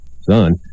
Son